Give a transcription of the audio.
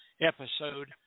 episode